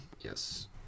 Yes